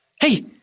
Hey